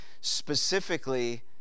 specifically